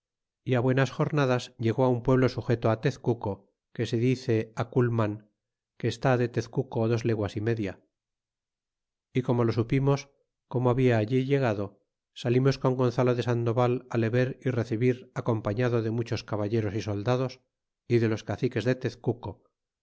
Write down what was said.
é buenas jornadas legó un pueblo sujeto tezcuco que se dice aculman que estará de tezcuco dos leguas y media y como lo supimos como habia allí llegado salimos con gonzalo de sandoval le ver y recebir acompariado de muchos caballeros y soldados y de los caciques de tezcuco